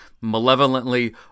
malevolently